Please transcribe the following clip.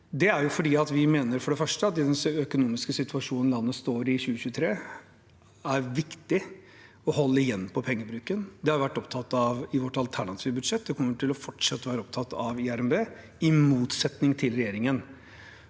det første fordi vi mener at det i den økonomiske situasjonen landet står i i 2023, er viktig å holde igjen på pengebruken. Det har vi vært opptatt av i vårt alternative budsjett og kommer til å fortsette med å være opptatt av i RNB, i motsetning til regjeringen.